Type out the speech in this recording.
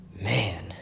man